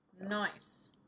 Nice